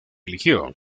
eligió